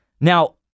Now